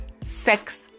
sex